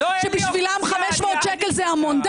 שבשבילם 500 שקל זה המון.